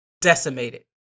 decimated